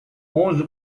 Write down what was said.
onze